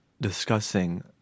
discussing